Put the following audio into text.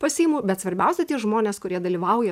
pasiimu bet svarbiausia tie žmonės kurie dalyvauja